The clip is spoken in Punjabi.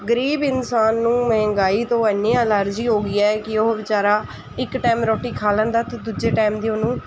ਗਰੀਬ ਇਨਸਾਨ ਨੂੰ ਮਹਿੰਗਾਈ ਤੋਂ ਇੰਨੀ ਐਲਰਜੀ ਹੋ ਗਈ ਹੈ ਕਿ ਉਹ ਵਿਚਾਰਾ ਇੱਕ ਟਾਈਮ ਰੋਟੀ ਖਾ ਲੈਂਦਾ ਅਤੇ ਦੂਜੇ ਟਾਈਮ ਦੀ ਉਹਨੂੰ